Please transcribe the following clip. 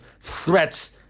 threats